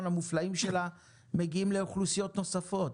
המופלאים שלה מגיעים לאוכלוסיות נוספות,